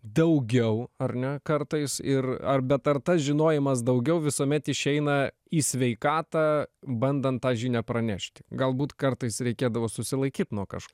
daugiau ar ne kartais ir ar bet ar tas žinojimas daugiau visuomet išeina į sveikatą bandant tą žinią pranešti galbūt kartais reikėdavo susilaikyt nuo kažko